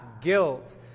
guilt